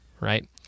right